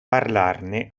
parlarne